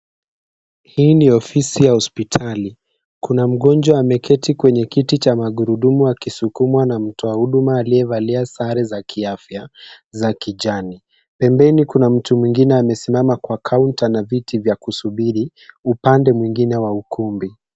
Hii ni ofisi ya hospitali, kuna mgonjwa ameketi kwenye kiti cha magurudumu, akisukumwa na mtu wa huduma aliyevalia sare za kiafya za kijani. Pembeni kuna mtu mwingine amesimama kwa kaunta na viti vya kusubiri, upande mwingine wa ukumbi.